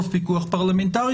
מדיניות מסוימת,